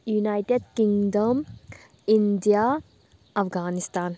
united Kingdom India Afghanistan